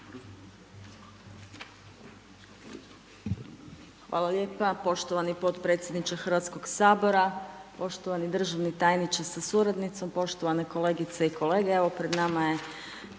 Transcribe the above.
Hvala lijepo uvaženi podpredsjedniče Hrvatskog sabora, poštovani državni tajniče sa suradnicama, evo pred nama je